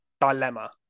dilemma